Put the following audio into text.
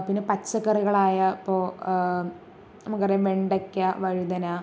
പിന്നെ പച്ചക്കറികളായ ഇപ്പോൾ നമുക്കറിയാം വെണ്ടയ്ക്ക വഴുതന